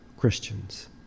Christians